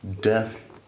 death